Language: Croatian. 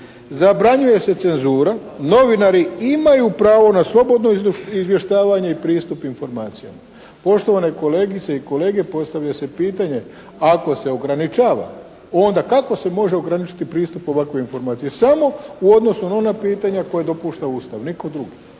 "Zabranjuje se cenzura. Novinari imaju pravo na slobodno izvještavanje i pristup informacijama.". Poštovane kolegice i kolege postavlja se pitanje ako se ograničava onda kako se može ograničiti pristup ovakvoj informaciji. Samo u odnosu na ona pitanja koja dopušta Ustav, nitko drugi.